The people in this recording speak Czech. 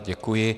Děkuji.